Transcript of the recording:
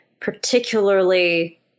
particularly